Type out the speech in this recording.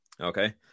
Okay